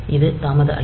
இது தாமத அழைப்பு